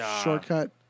shortcut